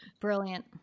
Brilliant